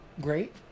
great